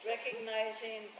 Recognizing